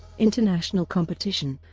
international competition